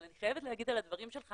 אבל אני חייבת להגיד על הדברים שלך